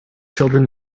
children